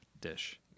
dish